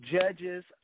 judges